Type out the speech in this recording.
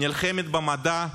נלחמת במדע,